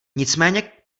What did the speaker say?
nicméně